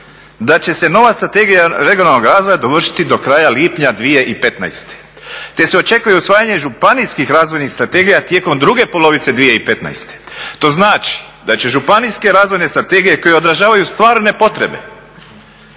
da će se nova strategija regionalnog razvoja dovršiti do kraja lipnja 2015., te se očekuje usvajanje županijskih razvojnih strategija tijekom druge polovice 2015. To znači da će županijske razvojne strategije koje odražavaju stvarne potrebe